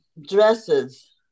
dresses